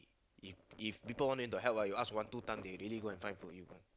if if people wanted to help ah you ask one two time they really go and find for you